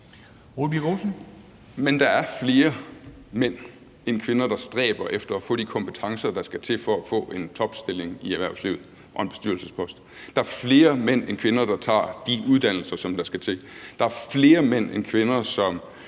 Men der er flere mænd end kvinder, der stræber efter at få de kompetencer, der skal til, for at få en topstilling i erhvervslivet og en bestyrelsespost. Der er flere mænd end kvinder, der tager de uddannelser, som der skal til. Der er flere mænd end kvinder, som